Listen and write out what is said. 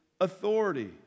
authority